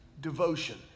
devotion